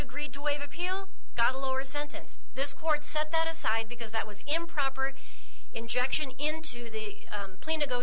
agreed to waive appeal got a lower sentence this court set that aside because that was improper injection into the plane to go